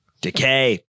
Decay